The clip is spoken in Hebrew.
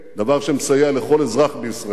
דבר שמסייע לכל אזרח בישראל,